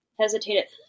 hesitated